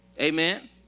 Amen